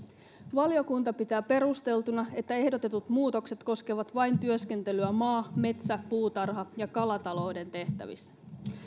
valiokunta pitää perusteltuna että ehdotetut muutokset koskevat vain työskentelyä maa metsä puutarha ja kalatalouden tehtävissä